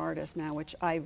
artist now which i